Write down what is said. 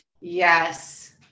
yes